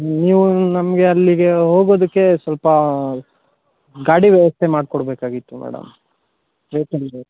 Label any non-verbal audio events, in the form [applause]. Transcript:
ನೀವು ನಮಗೆ ಅಲ್ಲಿಗೆ ಹೋಗೋದಕ್ಕೆ ಸ್ವಲ್ಪ ಗಾಡಿ ವ್ಯವಸ್ಥೆ ಮಾಡಿಕೊಡ್ಬೇಕಾಗಿತ್ತು ಮೇಡಮ್ [unintelligible]